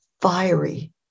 fiery